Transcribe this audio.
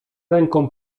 ręką